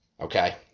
Okay